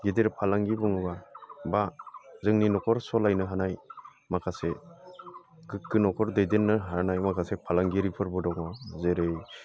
गेदेर फालांगि बुङोब्ला बा जोंनि न'खर सालायनो हानाय माखासे गोग्गो न'खर दैदेननो हानाय माखासे फालांगिरिफोरबो दङ जेरै